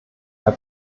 herr